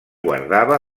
guardava